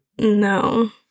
No